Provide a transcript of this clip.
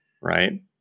right